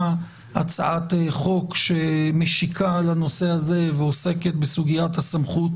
הצעת חוק שמשיקה לנושא הזה ועוסקת בסוגיית המסכות